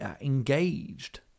engaged